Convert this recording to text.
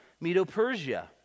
Medo-Persia